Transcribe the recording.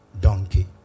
donkey